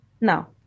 now